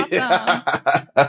Awesome